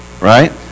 Right